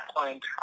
point